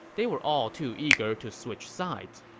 they were all too eager to switch sides.